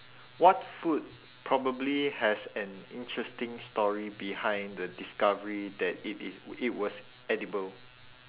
what food probably has an interesting story behind the discovery that it is it was edible